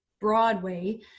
Broadway